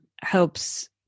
helps